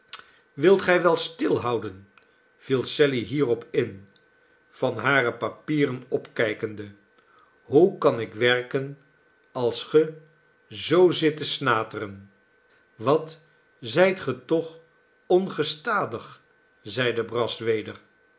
wilt gij wel stilhouden viel sally hierop in van hare papieren opkijkende hoe kan ik werken als ge zoo zit te snateren wat zijt ge toch ongestadig zeide brass weder